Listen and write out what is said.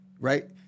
right